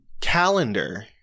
Calendar